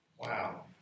Wow